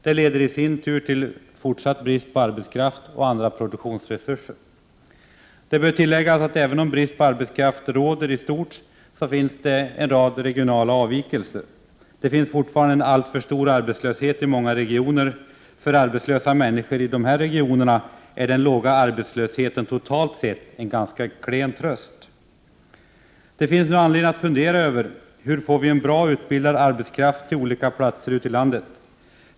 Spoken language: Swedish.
Det leder i sin tur till fortsatt brist på arbetskraft och andra produktionsresurser. Det bör tilläggas att även om brist på arbetskraft råder i stort så finns en rad regionala avvikelser. Det finns fortfarande en alltför stor arbetslöshet i många regioner. För arbetslösa människor i dessa regioner är den låga arbetslösheten totalt sett en klen tröst. Det finns nu anledning att fundera över hur vi skall få väl utbildad arbetskraft till olika platser i landet.